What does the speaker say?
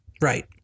Right